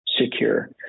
secure